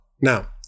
Now